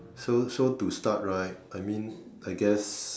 so so to start right I mean I guess